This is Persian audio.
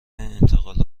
انتقال